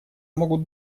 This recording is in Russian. могут